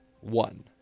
one